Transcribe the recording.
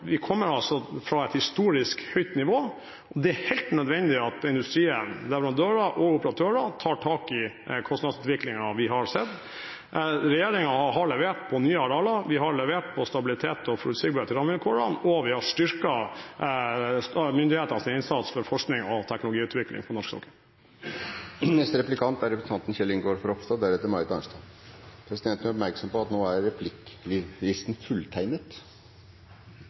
vi kommer altså fra et historisk høyt nivå. Det er helt nødvendig at industrien, leverandører og operatører, tar tak i kostnadsutviklingen vi har sett. Regjeringen har levert når det gjelder nye arealer, vi har levert med hensyn til stabilitet og forutsigbarhet i rammevilkårene, og vi har styrket myndighetenes innsats for forskning og teknologiutvikling på norsk sokkel. Neste replikant er Kjell Ingolf Ropstad. Presidenten gjør oppmerksom på at replikklisten nå er fulltegnet.